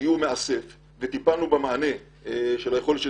שיהיו מאסף וטיפלנו במענה של יכולת הטיפולים.